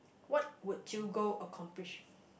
what would you go for accomplish